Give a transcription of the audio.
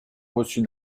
reçut